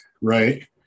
Right